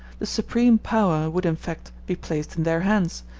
the supreme power would in fact be placed in their hands,